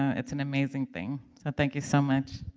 it's an amazing thing, so thank you so much.